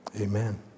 Amen